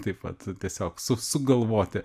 taip vat tiesiog su sugalvoti